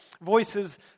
voices